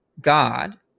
God